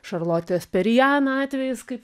šarlotės periana atvejis kaip